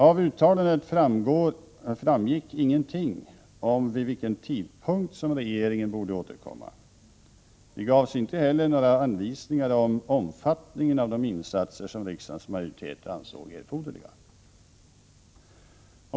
Av uttalandet framgick ingenting om vid vilken tidpunkt som regeringen borde återkomma. Det gavs inte heller några anvisningar om omfattningen av de insatser som riksdagens majoritet ansåg erforderliga.